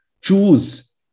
choose